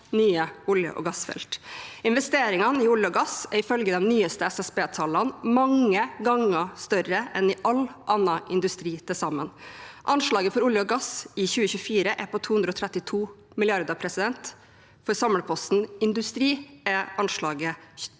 nye olje- og gassfelt. Investeringene i olje og gass er ifølge de nyeste SSB-tallene mange ganger større enn i all annen industri til sammen. Anslaget for olje og gass i 2024 er på 232 mrd. kr, for samleposten industri er anslaget 35